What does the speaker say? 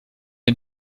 den